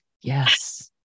Yes